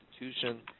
institution